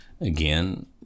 again